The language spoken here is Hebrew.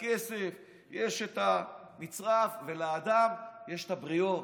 לכסף יש את המצרף, ולאדם יש את הבריות.